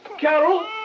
Carol